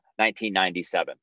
1997